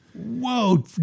Whoa